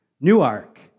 Newark